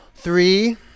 Three